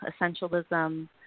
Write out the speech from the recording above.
essentialism